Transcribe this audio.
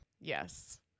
Yes